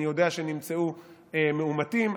אני יודע שנמצאו מאומתים,